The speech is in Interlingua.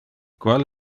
qual